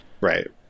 right